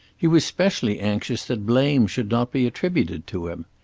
he was specially anxious that blame should not be attributed to him.